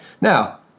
Now